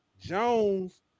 Jones